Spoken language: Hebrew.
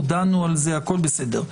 הודענו על זה, הכול בסדר.